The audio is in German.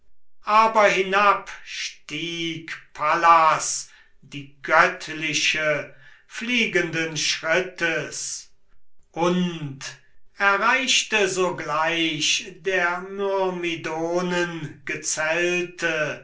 aber hinab stieg pallas die göttliche fliegenden schrittes und erreichte sogleich der myrmidonen gezelte